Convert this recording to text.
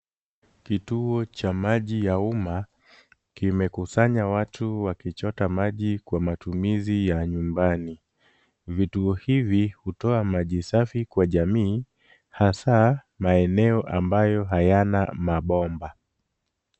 Kituo cha maji ya umma, kimekusanya watu wakichota maji kwa matumizi ya nyumbani. Vituo hivi hutoa maji safi kwa jamii hasa, maeneo ambayo hayana mabomba.